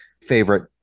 favorite